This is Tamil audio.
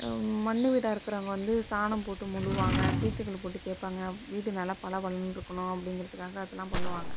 மண் வீடாக இருக்கிறவங்க வந்து சாணம் போட்டு மொழுகுவாங்க தீத்துக்கல் போட்டு தேய்ப்பாங்க வீடு நல்லா பளபளன்னு இருக்கணும் அப்படிங்கிறதுக்காக அதெல்லாம் பண்ணுவாங்கள்